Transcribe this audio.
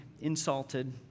insulted